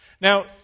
Now